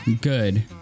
Good